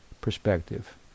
perspective